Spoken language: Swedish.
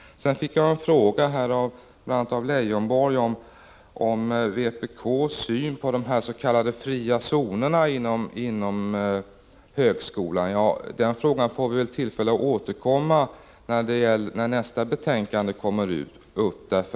Jag fick en fråga av Lars Leijonborg om vpk:s syn på de s.k. fria zonerna inom högskolan. Den frågan får vi väl tillfälle att återkomma till när nästa betänkande kommer upp till behandling.